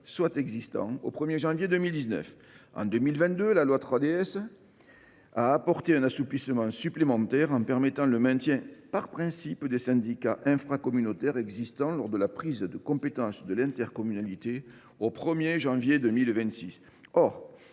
simplification de l’action publique locale, a apporté un assouplissement supplémentaire en permettant le maintien par principe des syndicats infracommunautaires existant lors de la prise de compétence de l’intercommunalité au 1 janvier 2026.